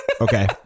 Okay